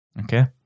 Okay